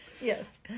Yes